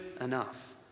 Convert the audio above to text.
enough